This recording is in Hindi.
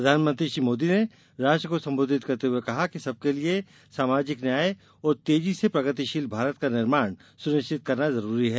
प्रधानमंत्री श्री मोदी ने राष्ट्र को संबोधित करते हुए कहा कि सबके लिए सामाजिक न्याय और तेजी से प्रगतिशील भारत का निर्माण सुनिश्चित करना जरूरी है